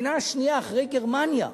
המדינה השנייה אחרי גרמניה,